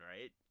right